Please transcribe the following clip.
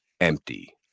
Empty